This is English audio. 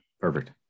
perfect